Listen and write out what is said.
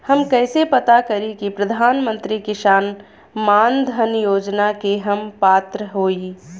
हम कइसे पता करी कि प्रधान मंत्री किसान मानधन योजना के हम पात्र हई?